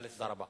תודה רבה.